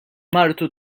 martu